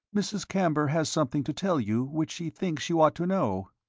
mrs. camber has something to tell you which she thinks you ought to know.